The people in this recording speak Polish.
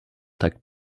tak